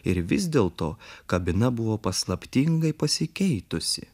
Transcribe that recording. ir vis dėlto kabina buvo paslaptingai pasikeitusi